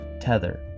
Tether